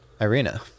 Irina